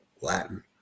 Latin